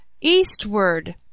eastward